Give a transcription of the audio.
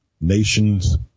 Nations